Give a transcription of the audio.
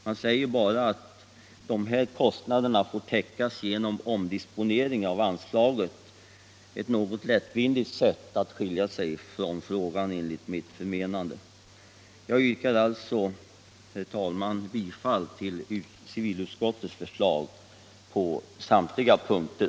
Man säger bara att dessa kostnader får täckas genom omdisponering av anslaget. Det är, enligt mitt förmenande, ett något lättvindigt sätt att skilja sig från frågan. Jag yrkar alltså, herr talman, bifall till civilutskottets förslag på samtliga punkter.